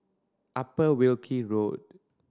Upper Wilkie Road